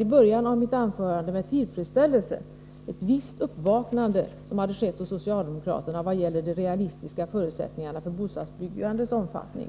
I början av mitt anförande hälsade jag med tillfredsställelse att ett visst uppvaknande skett hos socialdemokraterna i vad gäller de realistiska förutsättningarna för bostadsbyggandets omfattning.